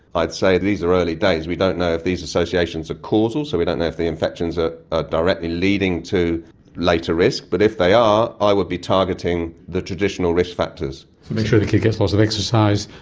i'd say these are are really days. we don't know if these associations are causal, so we don't know if the infections are ah directly leading to later risk, but if they are i would be targeting the traditional risk factors. so make sure the kid gets lots of exercise,